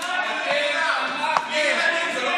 אנחנו תמכנו?